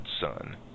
son